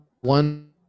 one